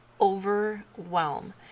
overwhelm